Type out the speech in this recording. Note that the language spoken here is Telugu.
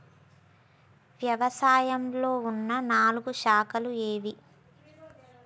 వ్యవసాయంలో ఉన్న నాలుగు శాఖలు ఏవి?